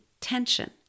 tension